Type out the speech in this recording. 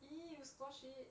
!ee! you squashed it